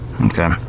Okay